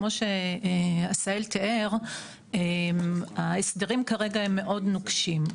כמו שעשהאל תיאר, ההסדרים כרגע הם מאוד נוקשים.